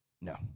No